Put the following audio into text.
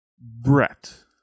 Brett